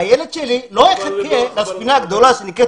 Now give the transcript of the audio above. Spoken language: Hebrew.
הילד שלי לא יחכה לספינה הגדולה שנקראת